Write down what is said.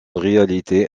réalité